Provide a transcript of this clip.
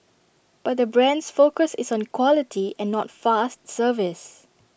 but the brand's focus is on quality and not fast service